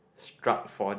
struck four D